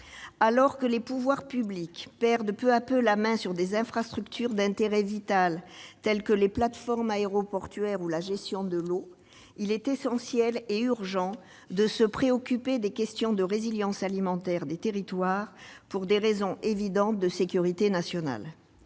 Alors que les pouvoirs publics perdent peu à peu la main sur des infrastructures d'intérêt vital, telles que les plateformes aéroportuaires, ou sur la gestion de l'eau, il est essentiel et urgent de se préoccuper de la résilience alimentaire des territoires, pour des raisons évidentes de sécurité nationale.